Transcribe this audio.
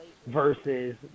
versus